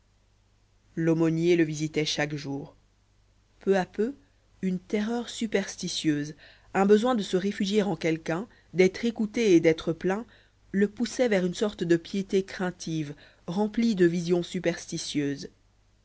l'aumônier le visitait chaque jour peu à peu une terreur superstitieuse un besoin de se réfugier en quelqu'un d'être écouté et d'être plaint le poussait vers une sorte de piété craintive remplie de visions superstitieuses